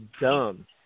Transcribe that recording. dumb